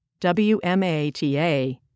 WMATA